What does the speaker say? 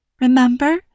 remember